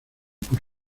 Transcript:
por